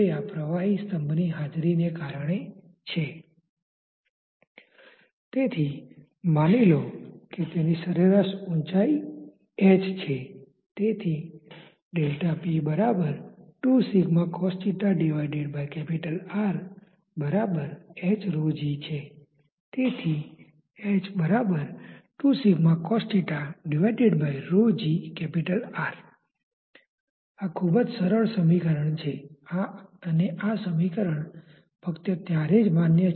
આનાથી આગળ વેગ લગભગ એકસમાન છે જેની કિંમત લગભગ 'u' અનંત ને સમાન છે